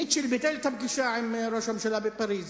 מיטשל ביטל את הפגישה עם ראש הממשלה בפריס